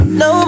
no